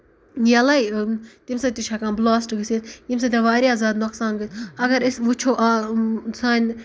یلے تَمہِ سۭتۍ تہِ چھُ ہیٚکان بٕلاسٹ گٔژِتھ ییٚمہِ سۭتۍ واریاہ زیادٕ نۄقصان گوٚو اَگر أسۍ وُچھو آ سانہِ